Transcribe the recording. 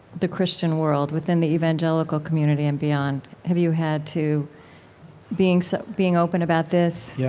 the christian world, within the evangelical community and beyond? have you had to being so being open about this? yeah